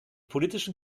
politischen